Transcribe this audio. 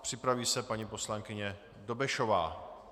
Připraví se paní poslankyně Dobešová.